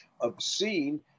obscene